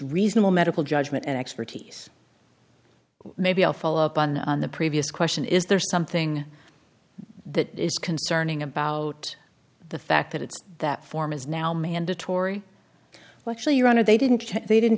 reasonable medical judgment and expertise maybe i'll follow up on the previous question is there something that is concerning about the fact that it's that form is now mandatory well actually your honor they didn't they didn't